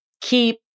keep